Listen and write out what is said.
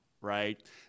right